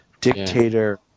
dictator